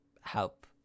help